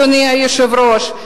אדוני היושב-ראש,